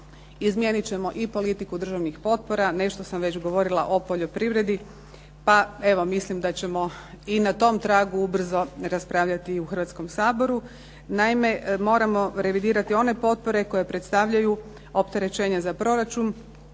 Izmijenit ćemo i politiku državnih potpora. Nešto sam već govorila o poljoprivredi. Pa evo mislim da ćemo i na tom tragu ubrzo raspravljati i u Hrvatskom saboru. Naime moramo revidirati one potpore koje predstavljaju opterećenja za proračun,